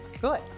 Good